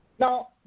Now